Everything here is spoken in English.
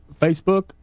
Facebook